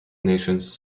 nations